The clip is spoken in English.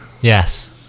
yes